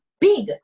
big